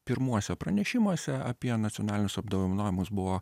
pirmuose pranešimuose apie nacionalinius apdovanojimus buvo